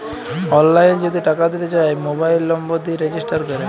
অললাইল যদি টাকা দিতে চায় মবাইল লম্বর দিয়ে রেজিস্টার ক্যরে